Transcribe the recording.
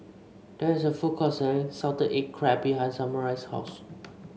there is a food court selling Salted Egg Crab behind Samual's house